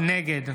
נגד